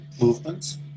movements